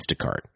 Instacart